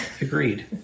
Agreed